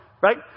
right